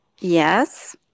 yes